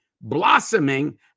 blossoming